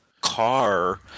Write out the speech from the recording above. car